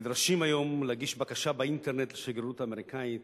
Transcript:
נדרשים היום להגיש בקשה באינטרנט לשגרירות האמריקנית,